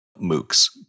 mooks